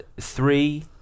three